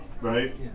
right